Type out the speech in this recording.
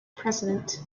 president